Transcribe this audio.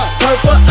purple